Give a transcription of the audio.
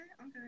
Okay